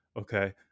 Okay